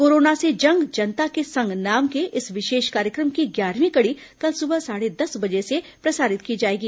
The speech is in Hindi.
कोरोना से जंग जनता के संग नाम के इस विशेष कार्यक्रम की ग्यारहवीं कड़ी कल सुबह साढ़े दस बजे से प्रसारित की जाएगी